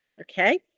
okay